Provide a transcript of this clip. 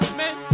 man